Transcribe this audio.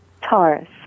Taurus